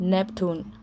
Neptune